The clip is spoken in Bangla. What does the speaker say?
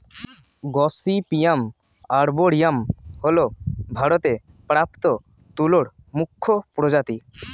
গসিপিয়াম আর্বরিয়াম হল ভারতে প্রাপ্ত তুলোর মুখ্য প্রজাতি